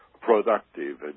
productive